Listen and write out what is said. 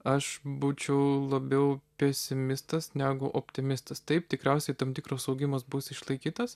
aš būčiau labiau pesimistas negu optimistas taip tikriausiai tam tikras augimas bus išlaikytas